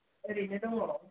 ओरैनो दंङ